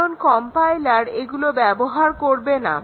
কারণ কম্পাইলার এগুলো ব্যবহার করবে না